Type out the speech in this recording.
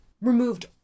removed